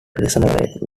resonate